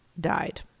died